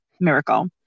miracle